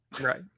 right